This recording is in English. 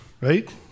right